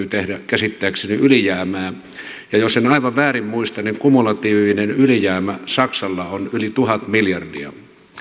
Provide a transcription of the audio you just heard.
täytyy tehdä käsittääkseni ylijäämää ja jos en aivan väärin muista niin kumulatiivinen ylijäämä saksalla on yli tuhat miljardia